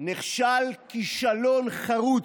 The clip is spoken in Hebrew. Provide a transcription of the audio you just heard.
נכשל כישלון חרוץ.